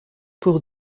pour